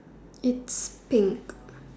it's pink